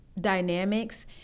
dynamics